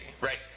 Right